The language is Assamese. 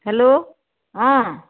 হেল্ল' অ